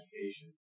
education